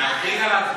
מה אתם,